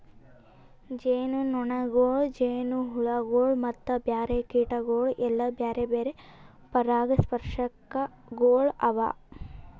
ಜೇನುನೊಣಗೊಳ್, ಜೇನುಹುಳಗೊಳ್ ಮತ್ತ ಬ್ಯಾರೆ ಕೀಟಗೊಳ್ ಎಲ್ಲಾ ಬ್ಯಾರೆ ಬ್ಯಾರೆ ಪರಾಗಸ್ಪರ್ಶಕಗೊಳ್ ಅವಾ